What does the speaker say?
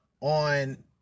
on